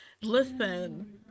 listen